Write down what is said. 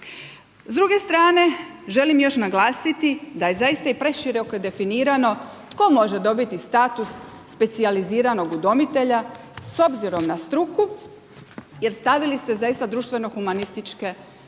S druge strane želim još naglasiti da je zaista i preširoko definirano tko može dobiti status specijaliziranog udomitelja s obzirom na struku, jer stavili ste zaista društveno-humanističke struke.